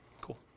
Cool